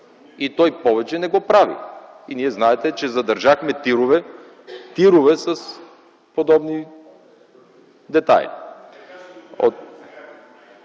и той повече не го прави. И вие знаете, че задържахме тирове с подобни детайли.